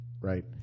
Right